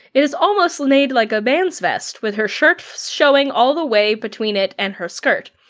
it is almost laid like a man's vest, with her shirt showing all the way between it and her skirt.